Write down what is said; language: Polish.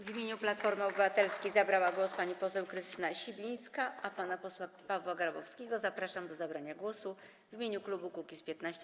W imieniu Platformy Obywatelskiej głos zabrała pani poseł Krystyna Sibińska, a pana posła Pawła Grabowskiego zapraszam do zabrania głosu w imieniu klubu Kukiz’15.